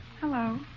Hello